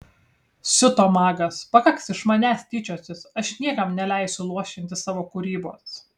siuto magas pakaks iš manęs tyčiotis aš niekam neleisiu luošinti savo kūrybos